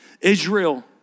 Israel